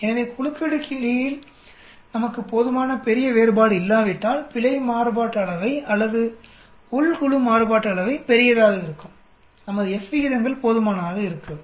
எனவே குழுக்களுக்கிடையில் நமக்கு போதுமான பெரிய வேறுபாடு இல்லாவிட்டால் பிழை மாறுபாட்டு அளவை அல்லது உள் குழு மாறுபாட்டு அளவை பெரியதாக இருக்கும்நமது F விகிதங்கள் போதுமானதாக இருக்காது